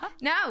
no